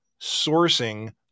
sourcing